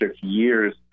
years